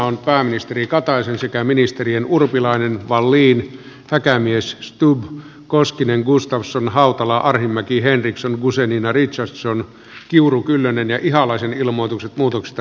esitellään pääministeri jyrki kataisen sekä ministerien jutta urpilainen stefan wallin jyri häkämies alexander stubb jari koskinen jukka gustafsson heidi hautala paavo arhinmäki anna maja henriksson maria guzenina richardson krista kiuru merja kyllönen ja lauri ihalainen ilmoitukset muutoksista sidonnaisuuksiinsa